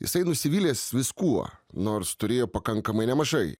jisai nusivylęs viskuo nors turėjo pakankamai nemažai